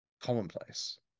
commonplace